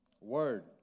Word